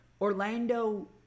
Orlando